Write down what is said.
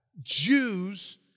Jews